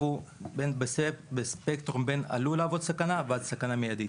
הוא בין עלול להוות סכנה לבין סכנה מיידית.